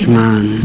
man